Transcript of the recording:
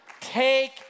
Take